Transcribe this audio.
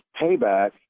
payback